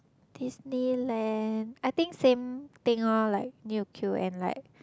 Disneyland I think same thing loh like need to queue and like